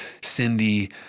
Cindy